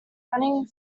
running